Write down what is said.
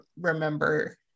remember